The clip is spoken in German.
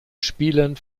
spielen